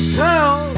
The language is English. tell